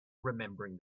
remembering